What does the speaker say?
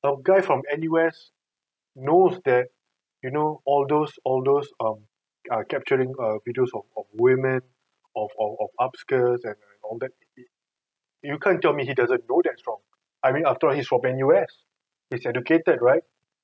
the guy from N_U_S knows that you know all those all those um ah capturing uh videos of of women of of of upskirts and and all that it it you can't tell me he doesn't know that's wrong I mean after all he's from N_U_S he's educated right